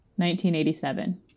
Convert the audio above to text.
1987